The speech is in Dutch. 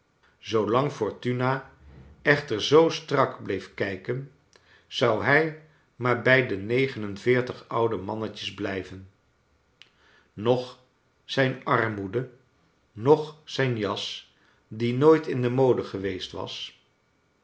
zoolang fortuna echter zoo strak bleef kijken zou hij maar bij de negenenveertig oude mannetjes blijven noch zijn armoede noch zijn jas die nooit in de mode geweest was